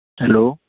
hello